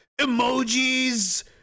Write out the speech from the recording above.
emojis